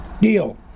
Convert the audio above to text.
Deal